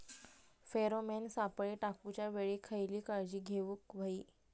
Pheromone सापळे टाकूच्या वेळी खयली काळजी घेवूक व्हयी?